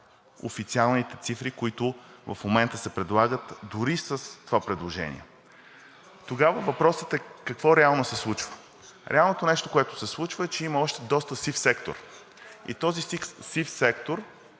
официалните цифри, които в момента се предлагат, дори с това предложение. Тогава въпросът е: какво реално се случва? Реалното нещо, което се случва, е, че има още доста сив сектор. И този сив сектор